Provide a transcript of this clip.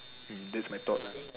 mm that's my thought lah